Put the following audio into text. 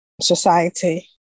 society